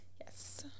Yes